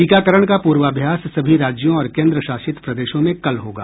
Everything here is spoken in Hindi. टीकाकरण का प्रवाभ्यास सभी राज्यों और केंद्र शासित प्रदेशों में कल होगा